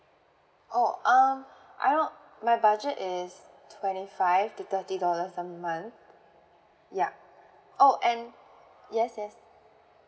oh um my budget is twenty five to thirty dollars a month yup oh and yes yes